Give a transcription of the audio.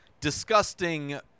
disgusting